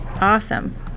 Awesome